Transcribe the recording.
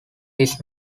his